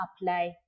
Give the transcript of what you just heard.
apply